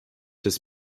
des